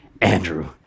Andrew